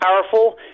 powerful